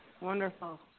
wonderful